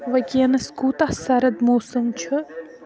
وٕنۍکٮ۪نَس کوٗتاہ سرد موسم چھُ